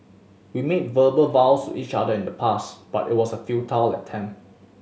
we made verbal vows to each other in the past but it was a futile attempt